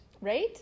Right